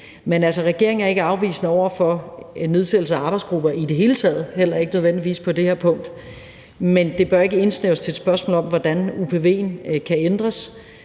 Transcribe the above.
regeringen er ikke afvisende over for en nedsættelse af arbejdsgrupper i det hele taget, heller ikke nødvendigvis på det her punkt. Men det bør ikke indsnævres til et spørgsmål om, hvordan upv'en kan ændres,